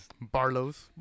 Barlow's